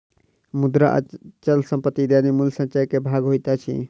मुद्रा, अचल संपत्ति इत्यादि मूल्य संचय के भाग होइत अछि